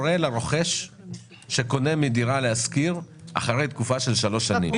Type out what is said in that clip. לרוכש שקונה מדירה להשכיר אחרי תקופה של שלוש שנים.